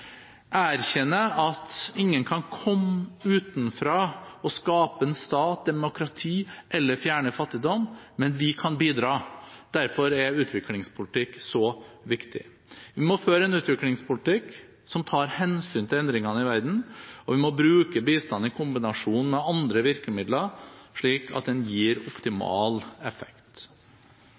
erkjenne at ingen kan komme utenfra og skape en stat, et demokrati, eller fjerne fattigdom, men vi kan bidra. Derfor er utviklingspolitikk så viktig. Vi må føre en utviklingspolitikk som tar hensyn til endringene i verden, og vi må bruke bistanden i kombinasjon med andre virkemidler, slik at den gir optimal effekt.